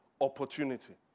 opportunity